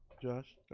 josh,